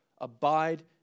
Abide